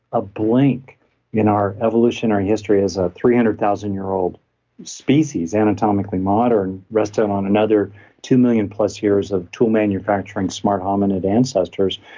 a blink in our evolution, our history as a three hundred thousand year old species, anatomically modern based on another two million plus years of tool manufacturing, smart hominid ancestors,